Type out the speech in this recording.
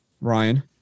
Ryan